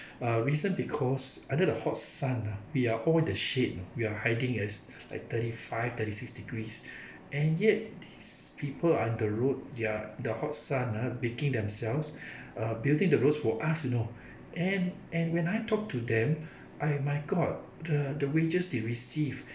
uh reason because under the hot sun ah we are all in the shade we are hiding as like thirty five thirty six degrees and yet these people on the road they are the hot sun ah baking themselves are building the roads for us you know and and when I talked to them I my god the the wages they receive